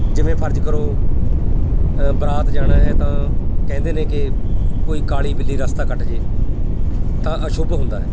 ਜਿਵੇਂ ਫਰਜ਼ ਕਰੋ ਬਰਾਤ ਜਾਣਾ ਹੈ ਤਾਂ ਕਹਿੰਦੇ ਨੇ ਕਿ ਕੋਈ ਕਾਲੀ ਬਿੱਲੀ ਰਸਤਾ ਕੱਟ ਜੇ ਤਾਂ ਅਸ਼ੁਭ ਹੁੰਦਾ ਹੈ